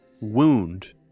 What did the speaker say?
wound